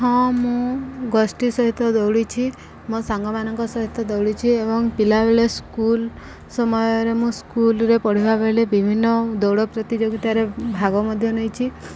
ହଁ ମୁଁ ଗୋଷ୍ଠୀ ସହିତ ଦୌଡ଼ିଛି ମୋ ସାଙ୍ଗମାନଙ୍କ ସହିତ ଦୌଡ଼ିଛି ଏବଂ ପିଲାବେଳେ ସ୍କୁଲ ସମୟରେ ମୁଁ ସ୍କୁଲରେ ପଢ଼ିବା ବେଳେ ବିଭିନ୍ନ ଦୌଡ଼ ପ୍ରତିଯୋଗିତାରେ ଭାଗ ମଧ୍ୟ ନେଇଛିି